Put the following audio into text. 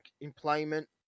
employment